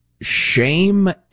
shame